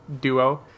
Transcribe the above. duo